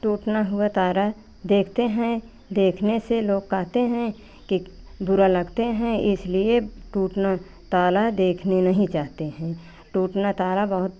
टूटता हुआ तारा देखते हैं देखने से लोग कहते हैं कि बुरा लगते हैं इसलिए टूटता तारा देखना नहीं चाहते हैं टूटता तारा बहुत